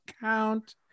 count